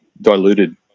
diluted